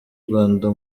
rwanda